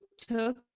took